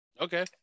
Okay